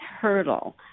hurdle